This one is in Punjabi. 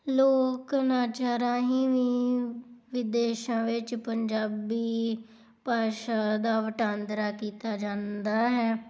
ਲੋਕ ਨਾਚਾ ਰਾਹੀਂ ਵੀ ਵਿਦੇਸ਼ਾਂ ਵਿੱਚ ਪੰਜਾਬੀ ਭਾਸ਼ਾ ਦਾ ਵਟਾਂਦਰਾ ਕੀਤਾ ਜਾਂਦਾ ਹੈ